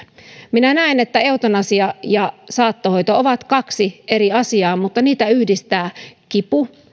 minä näen että eutanasia ja saattohoito ovat kaksi eri asiaa mutta niitä yhdistää kipu